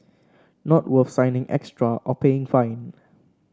not worth signing extra or paying fine